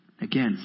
Again